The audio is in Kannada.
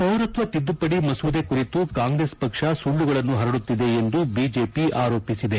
ಪೌರತ್ವ ತಿದ್ದುಪಡಿ ಮಸೂದೆ ಕುರಿತು ಕಾಂಗ್ರೆಸ್ ಪಕ್ಷ ಸುಳ್ಳುಗಳನ್ನು ಹರಡುತ್ತಿದೆ ಎಂದು ಬಿಜೆಪಿ ಆರೋಪಿಸಿದೆ